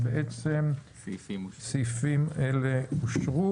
הצבעה אושרו שני הסעיפים אושרו.